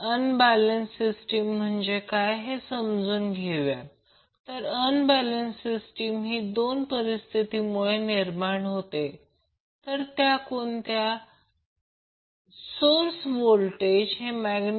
वॅटमीटरमध्ये सर्वसाधारणपणे current coil असते हे प्रत्यक्षात करंट कॉइल आहे आणि हे M आहे याला कधीकधी आपण फेजर कॉइल किंवा व्होल्टेज कॉइल म्हणतो